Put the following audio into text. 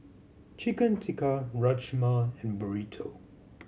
Chicken Tikka Rajma and Burrito